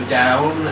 down